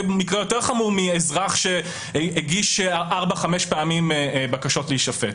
זה מקרה יותר חמור מאזרח שהגיש ארבע או חמש פעמים בקשות להישפט.